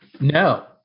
no